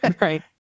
Right